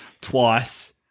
twice